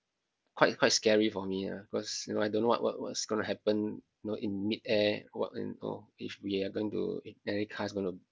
quite quite scary for me lah because you know I don't know what what what's going to happen you know in mid-air what and or if we are going to any cars going to